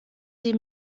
sie